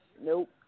Nope